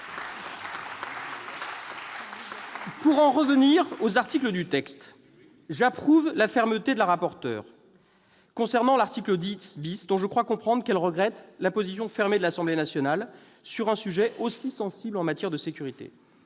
Pour en revenir aux articles du texte, j'approuve la fermeté de Mme la rapporteur sur l'article 10 . Je crois en effet comprendre qu'elle regrette « la position fermée de l'Assemblée nationale » sur un sujet aussi sensible en matière de sécurité.